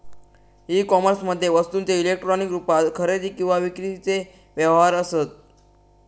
E कोमर्समध्ये वस्तूंचे electronic रुपात खरेदी किंवा विक्रीचे व्यवहार असत